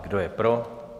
Kdo je pro?